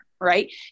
right